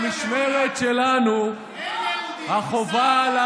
במשמרת שלנו החובה, אין יהודית, חיסלתם.